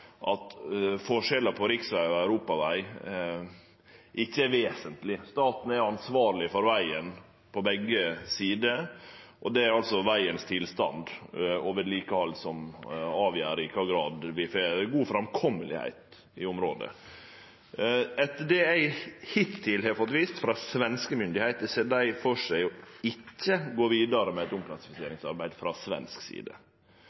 at forskjellen på riksveg og europaveg ikkje er vesentleg. Staten er ansvarleg for vegen på begge sider, og det er tilstanden på vegen og vedlikehaldet som avgjer i kva grad det er lett å kome seg fram i området. Etter det eg hittil har fått vite frå svenske myndigheiter, ser dei ikkje for seg å gå vidare med eit omklassifiseringsarbeid frå svensk side.